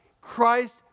Christ